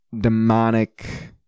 demonic